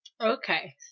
Okay